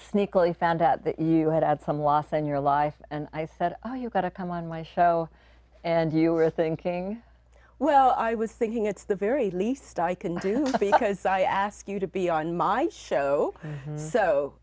sneakily found out that you had at some loss on your life and i said oh you got to come on my show and you were thinking well i was thinking it's the very least i can do because i ask you to be on my show so